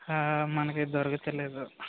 మనకి దొరకటం లేదు